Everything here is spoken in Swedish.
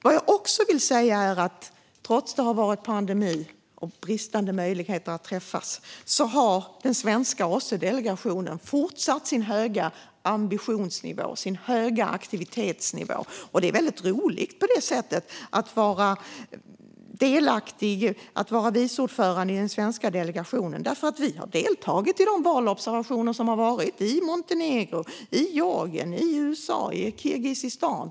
Vad jag också vill säga är att trots att det har varit en pandemi och bristande möjligheter att träffas har den svenska OSSE-delegationen fortsatt att ha sin höga ambitionsnivå och sin höga aktivitetsnivå. Det är väldigt roligt att vara vice ordförande i den svenska delegationen, för vi har deltagit i de valobservationer som har skett i Montenegro, Georgien, USA och Kirgizistan.